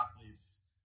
athletes